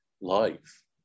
life